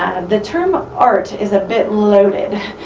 the term of art is a bit loaded,